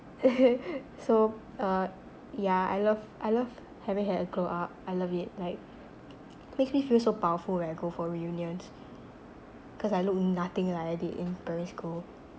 so uh yeah I love I love having had a glow up I love it like makes me feel so powerful when I go for reunions cause I look nothing like I did in primary school